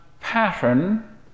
pattern